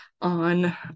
on